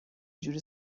جوری